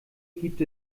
gibt